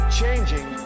changing